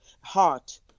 heart